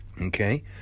okay